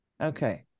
Okay